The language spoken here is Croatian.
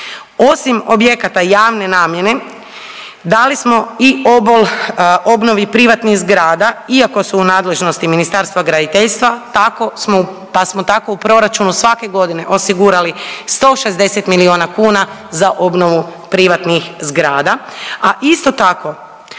Osim objekata javne namjene dali smo i obol obnovi privatnih zgrada, iako su u nadležnosti Ministarstva graditeljstva tako smo pa smo tako u proračunu svake godine osigurali 160 milijuna kuna za obnovu privatnih zgrada, a isto tako